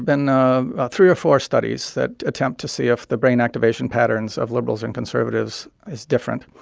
been ah three or four studies that attempt to see if the brain activation patterns of liberals and conservatives is different.